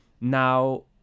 now